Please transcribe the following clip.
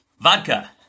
Vodka